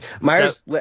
Myers